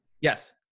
Yes